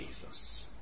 Jesus